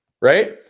right